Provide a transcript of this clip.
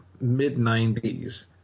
mid-90s